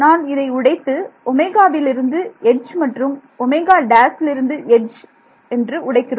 நான் இதை உடைத்து இலிருந்து எட்ஜ் மற்றும் இலிருந்து எட்ஜ் என்று உடைக்கிறோம்